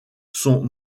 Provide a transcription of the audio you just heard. sont